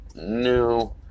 new